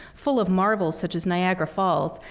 full of marvels such as niagara falls,